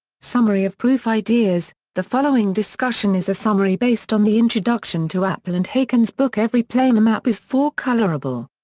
summary of proof ideas the following discussion is a summary based on the introduction to appel and haken's book every planar map is four colorable.